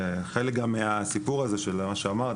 חלק גם מהסיפור הזה של מה שאמרת,